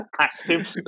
Active